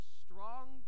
strong